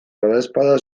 badaezpada